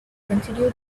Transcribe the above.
continue